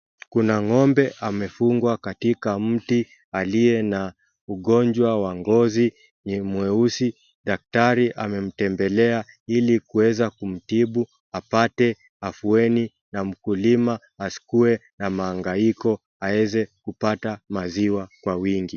Kuna ng'ombe amefugwa kwa mti aliyena ugojwa wa ngozi, ni mweusi. Daktari amemtembela ili kuweza kumtibu apate afueni na mkulima asikue na mahangaiko aeze kupata maziwa kwa wingi.